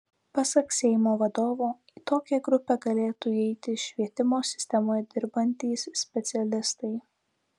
pasak seimo vadovo į tokią grupę galėtų įeiti švietimo sistemoje dirbantys specialistai